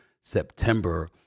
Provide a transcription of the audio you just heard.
September